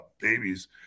babies